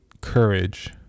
Courage